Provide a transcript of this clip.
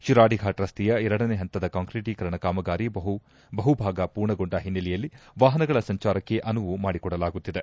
ಶಿರಾಡಿಫಾಟ್ ರಸ್ತೆಯ ಎರಡನೇ ಪಂತದ ಕಾಂಕಿಟೀಕರಣ ಕಾಮಗಾರಿ ಬಹುಭಾಗ ಪೂರ್ಣಗೊಂಡ ಹಿನ್ನೆಲೆಯಲ್ಲಿ ವಾಹನಗಳ ಸಂಚಾರಕ್ಕೆ ಅನುವು ಮಾಡಿಕೊಡಲಾಗುತ್ತಿದೆ